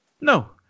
No